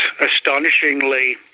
astonishingly